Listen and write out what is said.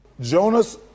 Jonas